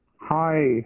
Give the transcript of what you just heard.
Hi